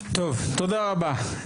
טוב, תודה רבה.